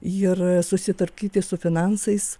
ir susitvarkyti su finansais